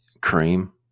cream